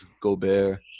Gobert